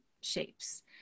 shapes